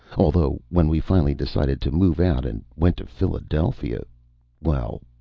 although when we finally decided to move out and went to philadelphia well,